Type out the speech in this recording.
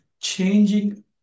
changing